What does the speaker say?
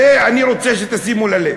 לזה אני רוצה שתשימו לב,